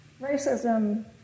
racism